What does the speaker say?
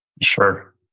Sure